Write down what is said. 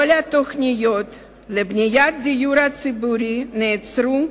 כל התוכניות לבניית הדיור הציבורי נעצרו,